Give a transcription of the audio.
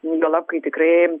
juolab kai tikrai